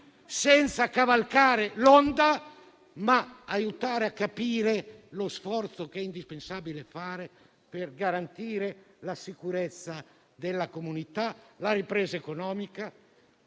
senza cavalcare l'onda, aiutando a capire lo sforzo che è indispensabile fare per garantire la sicurezza della comunità e la ripresa economica.